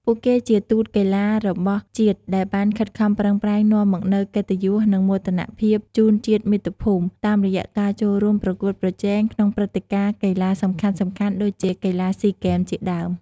ពួកគេជាទូតកីឡារបស់ជាតិដែលបានខិតខំប្រឹងប្រែងនាំមកនូវកិត្តិយស និងមោទនភាពជូនជាតិមាតុភូមិ តាមរយៈការចូលរួមប្រកួតប្រជែងក្នុងព្រឹត្តិការណ៍កីឡាសំខាន់ៗដូចជា កីឡាស៊ីហ្គេម ជាដើម។